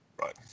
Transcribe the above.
right